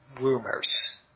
rumors